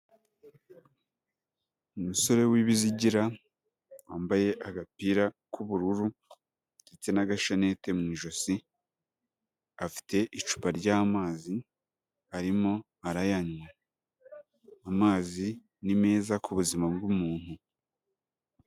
Umusore w'ibizigira wambaye agapira k'ubururu ndetse n'agashanete mu ijosi afite icupa ry'amazi arimo arayanywa, amazi ni meza ku buzima bw'umuntu.